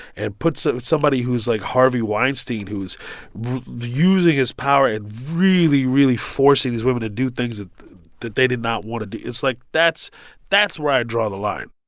and puts so somebody who's, like, harvey weinstein, who's using his power and really, really forcing these women to do things that that they did not want to do it's like, that's that's where i draw the line